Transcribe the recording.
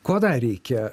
ko dar reikia